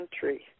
country